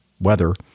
weather